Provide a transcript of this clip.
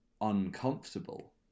uncomfortable